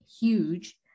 huge